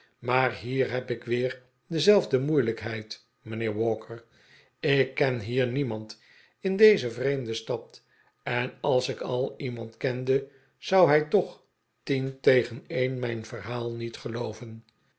maar hier heb ik weer dezelfde moeilijkheid mijnheer walker ik ken hier niemand in deze vreemde stad en als ik al iemand kende zou hij toch tien tegen een mijn verhaal niet gelooven